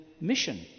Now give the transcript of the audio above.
mission